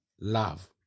love